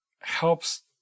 helps